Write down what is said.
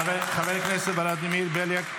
חבר הכנסת ולדימיר בליאק.